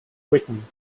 written